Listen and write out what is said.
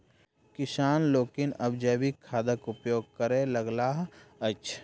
किसान लोकनि आब जैविक खादक उपयोग करय लगलाह अछि